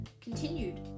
Continued